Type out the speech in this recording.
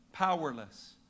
Powerless